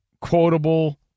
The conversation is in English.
quotable